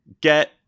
get